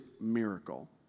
miracle